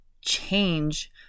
change